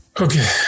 Okay